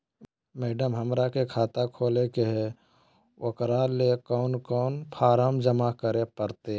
Madam, हमरा के खाता खोले के है उकरा ले कौन कौन फारम जमा करे परते?